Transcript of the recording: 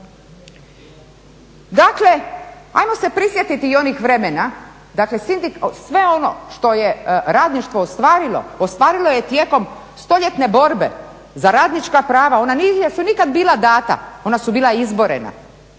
Dakle, hajmo se prisjetiti i onih vremena, dakle sve ono što je radništvo ostvarilo, ostvarilo je tijekom stoljetne borbe za radnička prava. Ona nisu nikad bila dana, ona su bila izborena